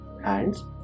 hands